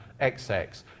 XX